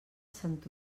sant